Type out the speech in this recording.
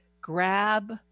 grab